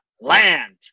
land